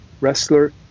wrestler